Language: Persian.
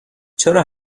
چرا